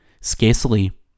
scarcely